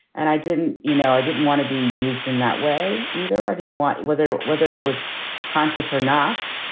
and i didn't you know, i didn't want to be used in that way either. i didn't want whether whether it was conscious or not.